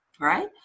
right